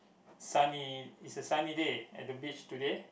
sunny is a sunny day at the beach today